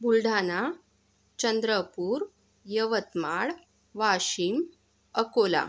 Buldhana Chandrapur Yavatmal Washim Akola